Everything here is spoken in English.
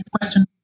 question